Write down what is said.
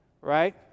Right